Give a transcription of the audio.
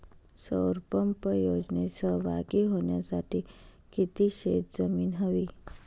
सौर पंप योजनेत सहभागी होण्यासाठी किती शेत जमीन हवी?